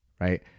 right